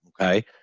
Okay